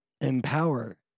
empower